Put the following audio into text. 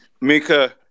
Mika